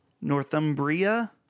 Northumbria